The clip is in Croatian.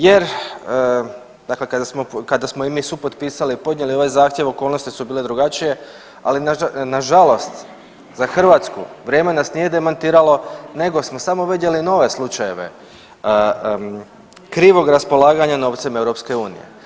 Jer dakle kada smo i mi supotpisali i podnijeli ovaj zahtjev okolnosti su bile drugačije, ali na žalost za Hrvatsku vrijeme nas nije demantiralo nego smo samo vidjeli nove slučajeve krivog raspolaganja novcem EU.